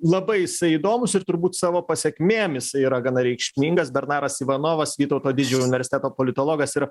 labai jisai įdomus ir turbūt savo pasekmėm jisai yra gana reikšmingas bernaras ivanovas vytauto didžiojo universiteto politologas ir